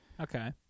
Okay